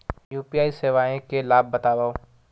UPI सेवाएं के लाभ बतावव?